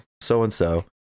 so-and-so